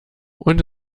und